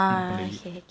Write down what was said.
not for the lit